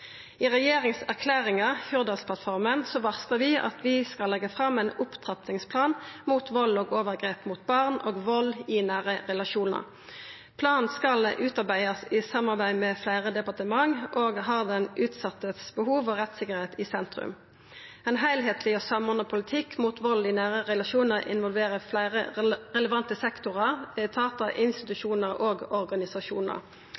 vi at vi skal leggja fram ein opptrappingsplan mot vald og overgrep mot barn og vald i nære relasjonar. Planen skal utarbeidast i samarbeid med fleire departement, og har behova og rettstryggleiken til den utsette i sentrum. Ein heilskapleg og samordna politikk mot vald i nære relasjonar involverer fleire relevante sektorar, etatar,